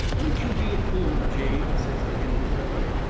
don't you be a fool, jane, says the henry feller.